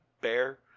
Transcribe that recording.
bear